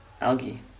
algae